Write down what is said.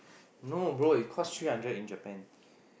no bro it cost three hundred in Japan